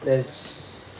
there's